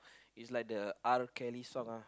it's like the R Kelly song uh